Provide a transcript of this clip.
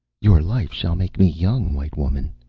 your life shall make me young, white woman!